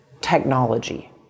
technology